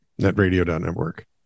netradio.network